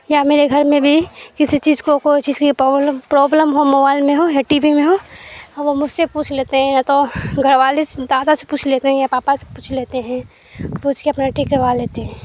یا میرے گھر میں بھی کسی چیز کو کوئی چیز کی پرابلم ہو موبائل میں ہو یا ٹی وی میں ہو وہ مجھ سے پوچھ لیتے ہیں یا تو گھر والے سے دادا سے پوچھ لیتے ہیں یا پاپا سے پوچھ لیتے ہیں پوچھ کے اپنا ٹھیک کروا لیتے ہیں